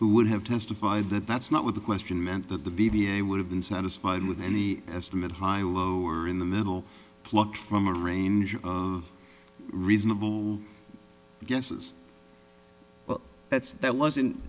who would have testified that that's not what the question meant that the b v a would have been satisfied with any estimate high or low or in the middle plucked from a range of reasonable guesses that's that wasn't